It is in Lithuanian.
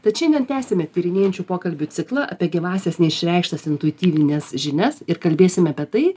tad šiandien tęsiame tyrinėjančių pokalbių ciklą apie gyvąsias neišreikštas intuityvinias žinias ir kalbėsim apie tai